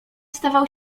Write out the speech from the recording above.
stawał